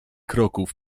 kroków